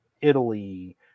Italy